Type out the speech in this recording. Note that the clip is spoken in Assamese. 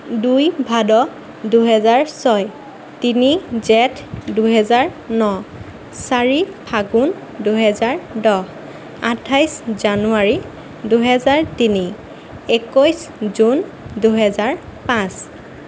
দুই ভাদ দুহেজাৰ ছয় তিনি জেঠ দুহেজাৰ ন চাৰি ফাগুন দুহেজাৰ দহ আঠাইছ জানুৱাৰী দুহেজাৰ তিনি একৈছ জুন দুহেজাৰ পাঁচ